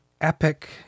epic